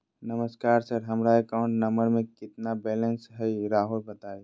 नमस्कार सर हमरा account number में कितना बैलेंस हेई राहुर बताई?